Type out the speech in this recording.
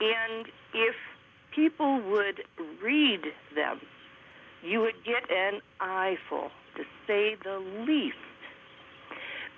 and if people would read them you would get an eyeful to say the least